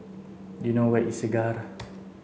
do you know where is Segar